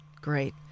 Great